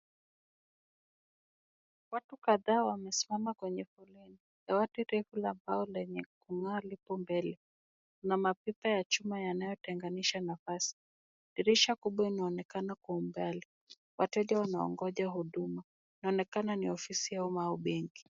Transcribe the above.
Watu kadhaa wamesimama kwenye foleni, dawati refu la mbao lenye kung'aa lipo mbele na mapipa ya chuma yanayotenganisha nafasi. Dirisha kubwa inaonekana kwa umbali, wateja wanaongoja huduma, inaonekana ni ofisi ya umma au benki.